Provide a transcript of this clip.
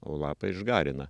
o lapai išgarina